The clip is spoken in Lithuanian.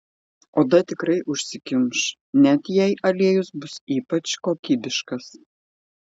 oda tikrai užsikimš net jei aliejus bus ypač kokybiškas